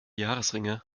jahresringe